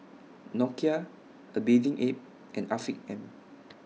Nokia A Bathing Ape and Afiq M